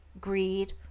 greed